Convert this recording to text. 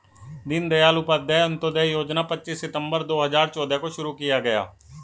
दीन दयाल उपाध्याय अंत्योदय योजना पच्चीस सितम्बर दो हजार चौदह को शुरू किया गया